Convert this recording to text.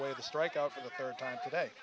one of the strikeout for the third time today